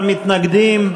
בעד, 60, 12 מתנגדים,